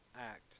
act